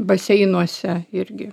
baseinuose irgi